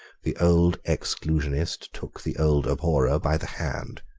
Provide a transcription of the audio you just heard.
the old exclusionist took the old abhorrer by the hand.